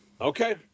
Okay